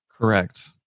Correct